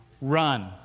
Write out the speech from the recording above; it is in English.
run